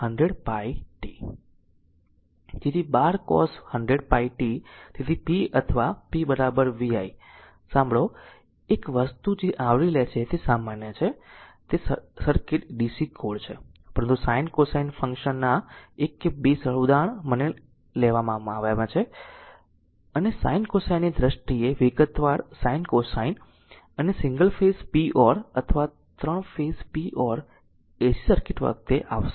તેથી 12 cos 100πt તેથી p અથવા છે p vi સાંભળો એક વસ્તુ જે આવરી લે છે તે સામાન્ય છે તે સર્કિટ DC કોડ છે પરંતુ સાઇન કોસાઇન ફંક્શનના એક કે બે સરળ ઉદાહરણ મને લેવામાં આવ્યા છે અને સાઇન કોસાઇનની દ્રષ્ટિએ વિગતવાર સાઇન કોસાઇન અને સિંગલ ફેઝ p or અથવા 3 phase p or AC circuit વખતે આવશે